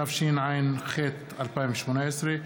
התשע"ח 2018,